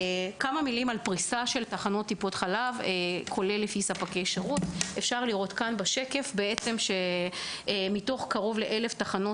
פריסת טיפות חלב כולל ספקי שירות: אפשר לראות בשקף שמתוך כ-1,000 תחנות